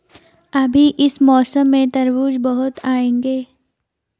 अभी इस मौसम में तरबूज बहुत आएंगे